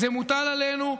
זה מוטל עלינו.